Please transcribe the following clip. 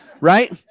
right